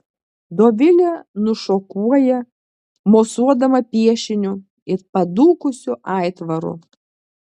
dovilė nušokuoja mosuodama piešiniu it padūkusiu aitvaru